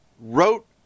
wrote